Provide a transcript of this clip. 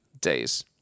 days